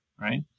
right